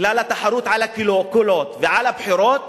בגלל התחרות על הקולות ועל הבחירות,